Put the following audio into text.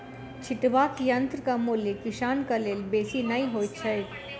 छिटबाक यंत्रक मूल्य किसानक लेल बेसी नै होइत छै